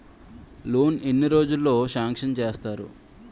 Loan ఎన్ని రోజుల్లో sanction చేస్తారు?